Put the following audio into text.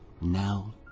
now